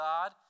God